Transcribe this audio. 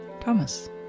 Thomas